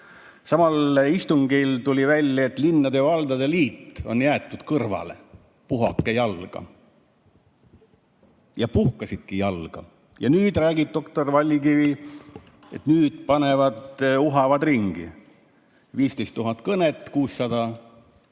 Samal istungil tuli välja, et linnade ja valdade liit on jäetud kõrvale: puhake jalga. Ja puhkasidki jalga. Täna räägib doktor Vallikivi, et nüüd nad uhavad ringi: 15 000 kõnet, 600